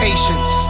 Patience